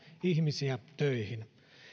ihmisiä töihin